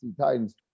Titans